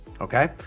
okay